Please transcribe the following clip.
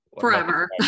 forever